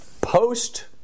Post